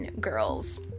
girls